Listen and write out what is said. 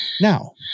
now